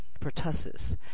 pertussis